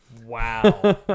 Wow